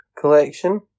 collection